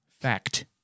fact